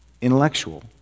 intellectual